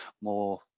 more